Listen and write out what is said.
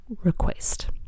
request